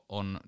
on